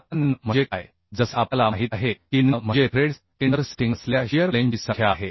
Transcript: आत्ता nn म्हणजे काय जसे आपल्याला माहित आहे की nn म्हणजे थ्रेड्स इंटरसेप्टिंग असलेल्या शियर प्लेनची संख्या आहे